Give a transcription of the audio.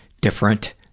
different